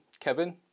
Kevin